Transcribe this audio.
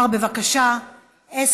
מה זה היה שווה, ההתנצלות